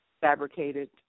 fabricated